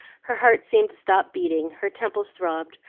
her heart seemed to stop beating, her temples throbbed,